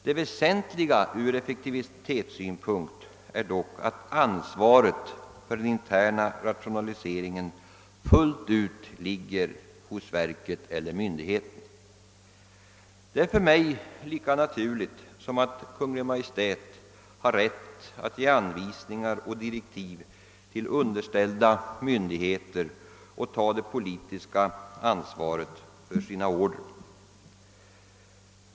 Det väsentliga ur effektivitetssynpunkt är dock att ansvaret för den interna rationaliseringen fullt ut ligger hos verket eller myndigheten. Detta är för mig lika naturligt som att Kungl. Maj:t har rätt att ge anvisningar och direktiv till underställda myndigheter och ta det politiska ansvaret för sina order.